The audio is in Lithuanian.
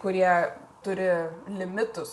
kurie turi limitus